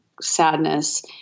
sadness